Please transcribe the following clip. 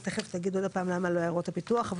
ותכף תגיד עוד פעם למה לא עיירות הפיתוח?